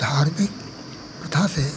धार्मिक प्रथा से